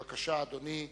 בבקשה, אדוני.